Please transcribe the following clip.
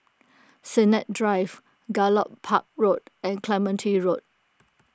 Sennett Drive Gallop Park Road and Clementi Road